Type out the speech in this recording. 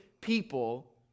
people